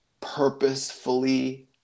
purposefully